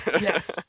yes